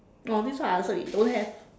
oh this one I answer already don't have